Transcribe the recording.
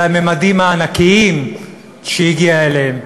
על הממדים הענקיים שהיא הגיעה אליהם,